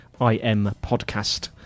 IMPodcast